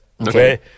Okay